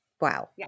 Wow